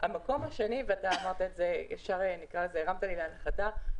המקום השני, ואתה, נקרא לזה, הרמת לי להנחתה,